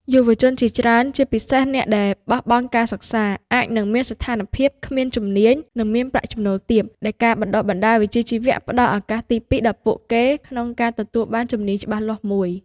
យុវជនជាច្រើន ជាពិសេសអ្នកដែលបោះបង់ការសិក្សា អាចនឹងមានស្ថានភាពគ្មានជំនាញ និងមានប្រាក់ចំណូលទាប ដែលការបណ្តុះបណ្តាលវិជ្ជាជីវៈផ្តល់ឱកាសទីពីរដល់ពួកគេក្នុងការទទួលបានជំនាញច្បាស់លាស់មួយ។